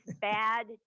bad